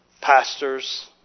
pastors